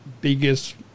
biggest